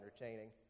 entertaining